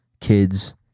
kids